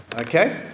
Okay